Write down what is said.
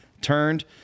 turned